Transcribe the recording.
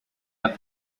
der